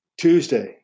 Tuesday